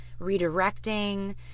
redirecting